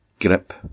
grip